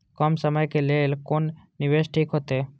कम समय के लेल कोन निवेश ठीक होते?